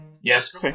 Yes